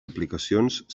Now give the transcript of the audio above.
aplicacions